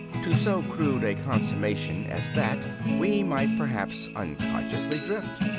to so crude a consummation as that we might perhaps unconsciously drift.